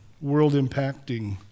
world-impacting